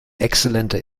exzellenter